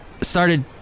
Started